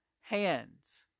hands